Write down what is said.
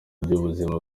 by’ubuzima